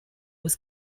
was